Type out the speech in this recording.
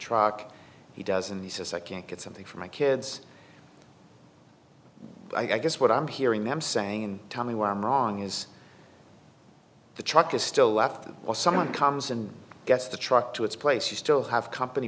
truck he does and he says i can't get something for my kids i guess what i'm hearing them saying tell me where i'm wrong is the truck is still left or someone comes and gets the truck to its place you still have company